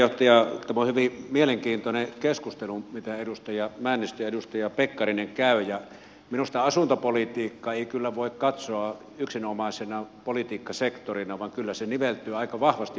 tämä on hyvin mielenkiintoinen keskustelu mitä edustaja männistö ja edustaja pekkarinen käyvät ja minusta asuntopolitiikkaa ei kyllä voi katsoa yksinomaisena politiikkasektorina vaan kyllä se niveltyy aika vahvasti muuhun politiikkaan